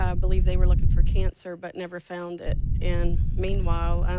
ah believe they were looking for cancer but never found it and meanwhile,